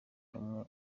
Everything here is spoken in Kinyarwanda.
umwe